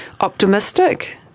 optimistic